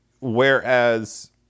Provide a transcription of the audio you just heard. whereas